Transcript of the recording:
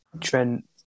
Trent